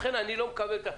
לכן אני לא מקבל את זה.